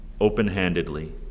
open-handedly